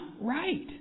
right